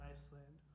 Iceland